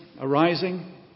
arising